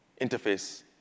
interface